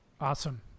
Awesome